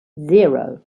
zero